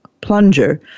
plunger